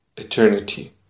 Eternity